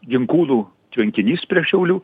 ginkūnų tvenkinys prie šiaulių